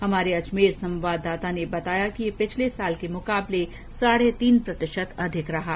हमारे अजमेर संवाददाता ने बताया कि ये पिछले साल के मुकाबले साढे तीन प्रतिशत अधिक रहा है